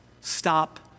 stop